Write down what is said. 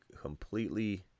completely